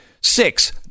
Six